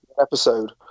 episode